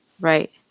Right